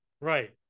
Right